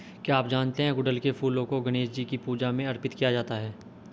क्या आप जानते है गुड़हल के फूलों को गणेशजी की पूजा में अर्पित किया जाता है?